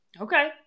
Okay